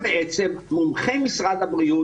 מומחי משרד הבריאות